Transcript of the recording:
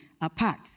apart